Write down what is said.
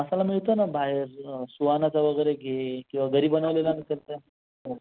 मसाला मिळतो ना बाहेर सुहानाचा वगैरे घे किंवा घरी बनवलेला नसेल तर हो